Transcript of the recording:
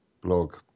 blog